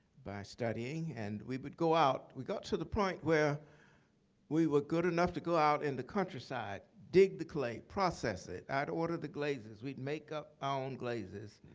by studying. and we would go out, we got to the point where we were good enough to go out in the countryside. dig the clay, process it. i'd order the glazes. we'd make up our own glazes.